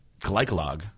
glycolog